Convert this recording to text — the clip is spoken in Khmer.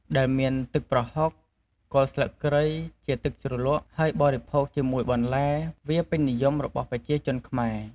ដែលមានទឹកប្រហុក គល់ស្លឹកគ្រៃជាទឹកជ្រលក់ ហើយបរិភោគជាមួយបន្លែ វាពេញនិយមរបស់ប្រជាជនខ្មែរ។